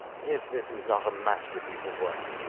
if this is not a masterpiece of work.